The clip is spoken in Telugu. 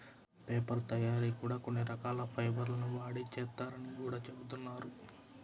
పేపర్ తయ్యారీ కూడా కొన్ని రకాల ఫైబర్ ల్ని వాడి చేత్తారని గూడా జెబుతున్నారు